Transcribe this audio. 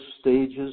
stages